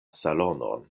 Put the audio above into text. salonon